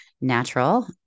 Natural